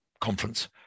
conference